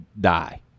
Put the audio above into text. die